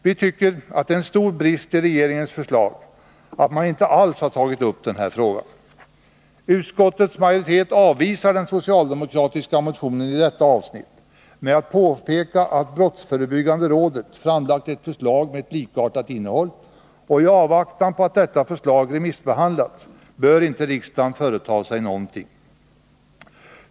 Vi tycker att det är en stor brist i regeringens förslag att man inte alls har tagit upp den här frågan. Utskottets majoritet avvisar den socialdemokratiska motionen i detta avsnitt med att påpeka att brottsförebyggande rådet framlagt ett förslag med likartat innehåll, och i avvaktan på att detta förslag remissbehandlats bör inte riksdagen företa sig någonting.